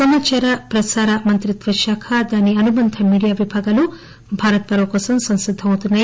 సమాచార ప్రసారమంత్రిత్వ శాఖ దాని అనుబంధ మీడియా విభాగాలు భారత్ పర్వ్ కోసం సంసిద్దమతున్నాయి